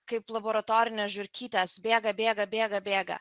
kaip laboratorinės žiurkytės bėga bėga bėga bėga